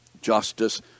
justice